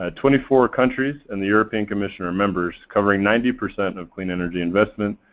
ah twenty four countries and the european commission are members, covering ninety percent of clean energy investment,